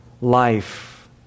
life